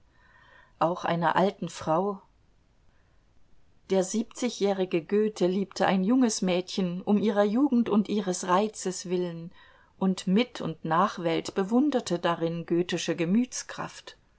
auch einer alten frau der siebzigjährige goethe liebte ein junges mädchen um ihrer jugend und ihres reizes willen und mit und nachwelt bewunderte darin